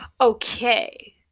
Okay